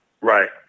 Right